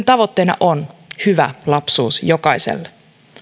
tavoitteena on hyvä lapsuus jokaiselle